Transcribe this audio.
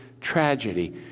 tragedy